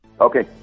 Okay